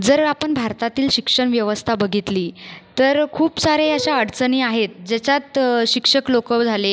जर आपण भारतातील शिक्षणव्यवस्था बघितली तर खूप सारे अशा अडचणी आहेत ज्याच्यात शिक्षक लोक झाले